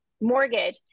mortgage